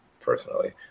personally